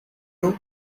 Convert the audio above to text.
know